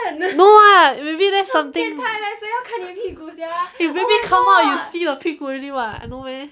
no what maybe that's something if baby come out you already see the 屁股 already what no meh